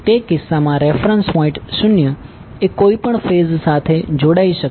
તે કિસ્સામાં reference point o એ કોઈપણ ફેઝ સાથે જોડાઈ શકે છે